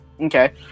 Okay